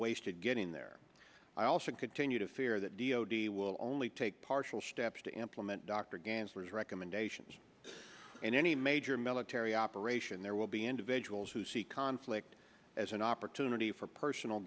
wasted getting there i also continue to fear that d o d will only take partial steps to implement dr gans recommendations in any major military operation there will be individuals who see conflict as an opportunity for personal